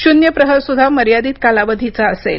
शून्य प्रहरसुद्धा मर्यादित कालावधीचा असेल